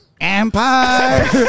Empire